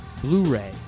Blu-ray